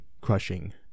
crushing